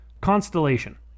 constellation